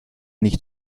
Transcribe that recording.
nicht